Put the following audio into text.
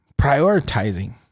Prioritizing